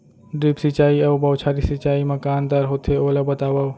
Drip सिंचाई अऊ बौछारी सिंचाई मा का अंतर होथे, ओला बतावव?